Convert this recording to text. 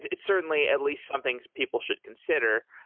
it's certainly at least something people should consider.